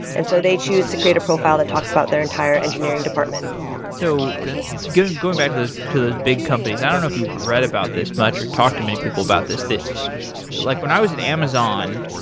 and so they choose to create a profile that talks about their entire engineering department going going back to those to those big companies, i don't know if you've read about this much, or talked to many people about this that like when i was in amazon,